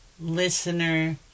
listener